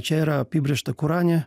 čia yra apibrėžta korane